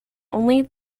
only